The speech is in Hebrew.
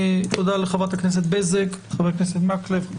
תודה לחברת הכנסת בזק, חבר הכנסת מקלב,